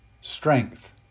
strength